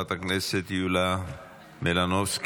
חברת הכנסת יוליה מלינובסקי,